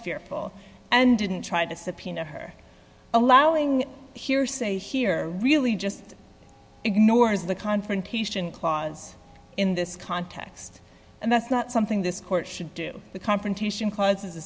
fearful and didn't try to subpoena her allowing hearsay here really just ignores the confrontation clause in this context and that's not something this court should do the confrontation causes a